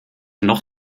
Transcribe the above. noch